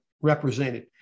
represented